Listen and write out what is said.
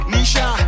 Nisha